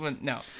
No